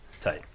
Tight